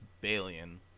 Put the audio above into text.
Balian